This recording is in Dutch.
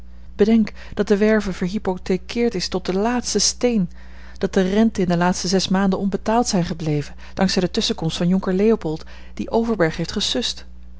bedenk dat de werve verhypothekeerd is tot den laatsten steen dat de renten in de laatste zes maanden onbetaald zijn gebleven dank zij de tusschenkomst van jonker leopold die overberg heeft gesust